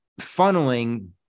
funneling